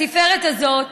התפארת הזאת